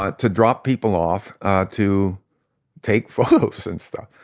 but to drop people off to take photos and stuff.